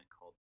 called